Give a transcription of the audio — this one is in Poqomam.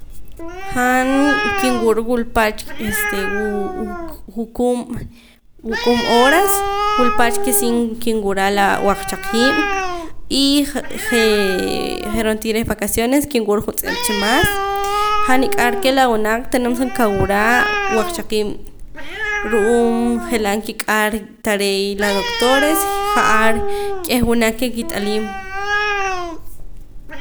Han kinwura wul pach este wuu wuquub' wuquub' horas wul pach ke sin kinwura la waqxaqiib' y jee' rontii reh vacaciones kinwura juntz'ep cha maas han niq'ar ke la wunaq tenemos ke nkawura waqxaqii'b' ru'uum je'laa nkik'ar tareeya la doctores ja'ar k'eh wunaq ke kit'aliim